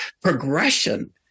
progression